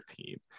team